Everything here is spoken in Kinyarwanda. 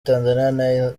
tanzania